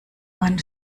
man